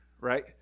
right